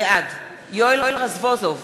בעד יואל רזבוזוב,